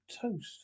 toast